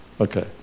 Okay